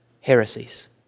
heresies